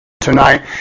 tonight